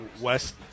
West